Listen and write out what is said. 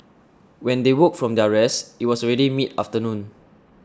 when they woke from their rest it was already mid afternoon